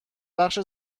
بخش